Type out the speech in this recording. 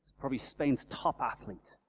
probably, spain's top athlete,